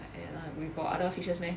ya lah you got other fishes meh